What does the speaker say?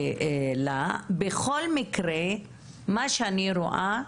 בכל מקרה מה שאני רואה,